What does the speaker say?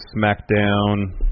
SmackDown